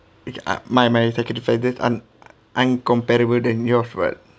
it I my sacrifices aren't aren't comparable than yours but